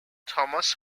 thomas